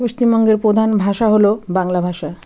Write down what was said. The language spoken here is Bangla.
পশ্চিমবঙ্গের প্রধান ভাষা হলো বাংলা ভাষা